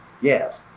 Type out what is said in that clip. Yes